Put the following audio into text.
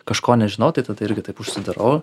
kažko nežinau tai tada irgi taip užsidarau